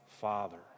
Father